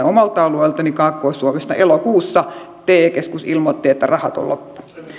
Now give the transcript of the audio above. omalta alueeltani kaakkois suomesta että elokuussa te keskus ilmoitti että rahat on loppu